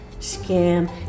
scam